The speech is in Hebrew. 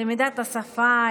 למידת השפה,